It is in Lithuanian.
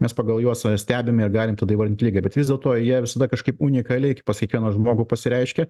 mes pagal juos stebime ir galim tada įvardint ligą bet vis dėlto jie visada kažkaip unikaliai pas kiekvieną žmogų pasireiškia